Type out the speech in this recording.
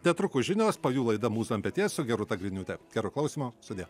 netrukus žinios po jų laida mūza ant peties su gerūta griniūte gero klausymo sudie